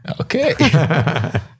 Okay